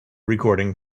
recording